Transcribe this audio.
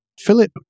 Philip